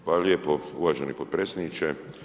Hvala lijepo uvaženi potpredsjedniče.